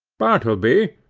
bartleby,